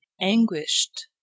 anguished